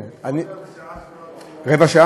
תודה רבה,